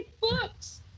books